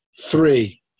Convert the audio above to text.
three